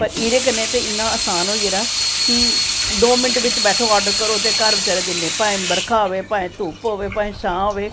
ते एह्दे कन्नै इन्ना आसान होई गेदा की दौ मिंट बिच बैठो ते ऑर्डर करो ते घर चाहे बर्खा होऐ चाहे धुप्प होऐ चाहे छां होऐ